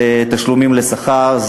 זה תשלומים לשכר,